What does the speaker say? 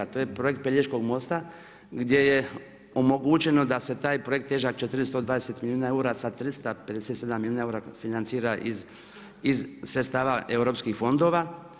To je projekt Pelješkog mosta, gdje je omogućeno da se taj projekt težak 420 milijuna eura sa 357 milijuna eura financira iz sredstava europskih fondova.